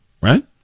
right